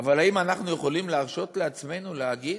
אבל האם אנחנו יכולים להרשות לעצמנו להגיד: